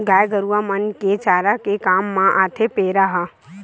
गाय गरुवा मन के चारा के काम म आथे पेरा ह